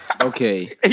Okay